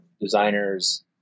designers